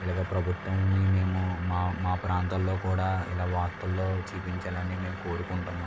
ఇలాగ ప్రభుత్వాన్ని మేము మా మా ప్రాంతంలో కూడా ఇలా వార్తల్లో చూపించాలని మేము కోరుకుంటున్నాం